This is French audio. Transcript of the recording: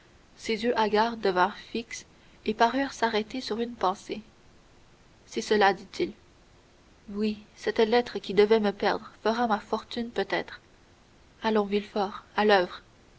ses yeux hagards devinrent fixes et parurent s'arrêter sur une pensée c'est cela dit-il oui cette lettre qui devait me perdre fera ma fortune peut-être allons villefort à l'oeuvre